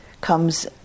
comes